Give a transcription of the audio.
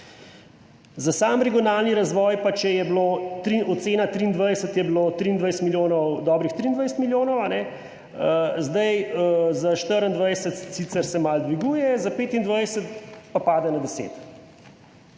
za sam regionalni razvoj, pa če je bila ocena 23 milijonov, dobrih 23 milijonov, zdaj za 2024 se sicer malo dviguje, za 2025 pa pade na 10.